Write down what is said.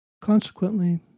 Consequently